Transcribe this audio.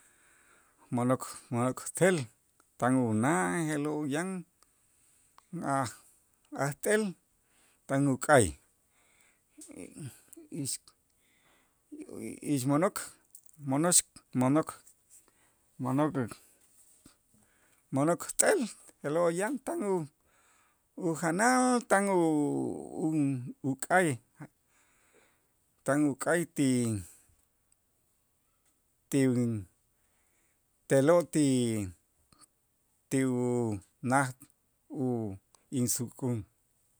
mo'nok mo'nok t'el tan una' je'lo' yan aj ajt'el tan uk'ay ix- ixmo'nok monox mo'nok mo'nok mo'nok t'el je'lo' yan tan u- ujanal, tan u- un- uk'ay tan uk'ay ti ti te'lo' ti ti unaj u insukun.